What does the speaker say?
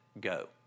go